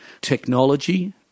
technology